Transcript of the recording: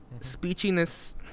speechiness